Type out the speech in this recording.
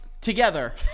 together